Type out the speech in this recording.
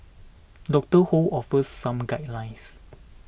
Doctor Ho offers some guidelines